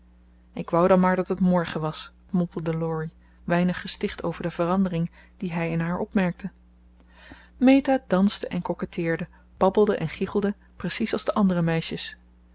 ik wou dan maar dat het morgen was mompelde laurie weinig gesticht over de verandering die hij in haar opmerkte meta danste en coquetteerde babbelde en gichelde precies als de andere meisjes